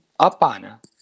apana